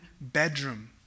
bedroom